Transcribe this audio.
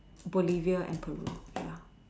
Bolivia and Peru ya